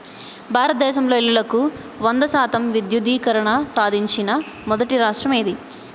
భారతదేశంలో ఇల్లులకు వంద శాతం విద్యుద్దీకరణ సాధించిన మొదటి రాష్ట్రం ఏది?